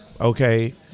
okay